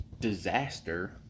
Disaster